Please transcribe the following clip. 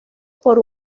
por